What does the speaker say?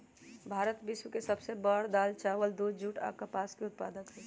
भारत विश्व के सब से बड़ दाल, चावल, दूध, जुट आ कपास के उत्पादक हई